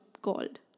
called